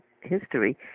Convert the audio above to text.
history